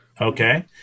Okay